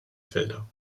felder